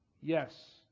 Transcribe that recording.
Yes